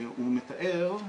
הוא מתאר,